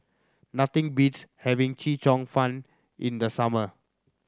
nothing beats having Chee Cheong Fun in the summer